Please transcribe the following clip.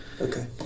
Okay